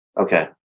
Okay